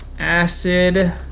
Acid